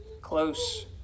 close